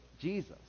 Jesus